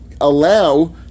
allow